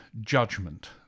judgment